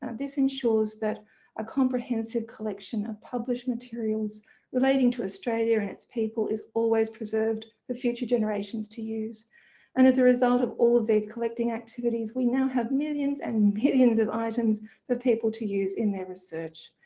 um this ensures that a comprehensive collection of published materials relating to australia and its people is always preserved for future generations to use and as a result of all of these collecting activities we now have millions and millions of items for people to use in their research.